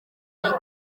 bacu